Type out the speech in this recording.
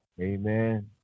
Amen